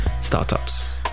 startups